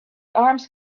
arms